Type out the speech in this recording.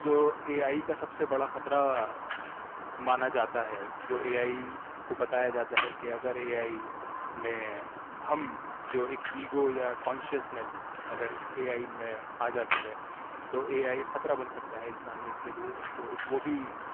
جو A I کا سب سے بڑا خطرہ مانا جاتا ہے جو اے آئی کو بتایا جاتا ہے کہ اگر اے آئی میں ہم جو ایک ایگو یا کونشیئنیس اگر اے آئی میں آ جاتی ہے تو اے آئی خطرہ بن سکتا ہے انسانیت کے لئے تو ایک وہ بھی